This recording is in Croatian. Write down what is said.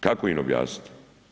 Kako im objasniti?